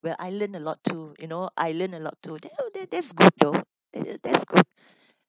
where I learned a lot too you know I learned a lot too that that that's good thought that that's good